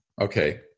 Okay